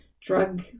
drug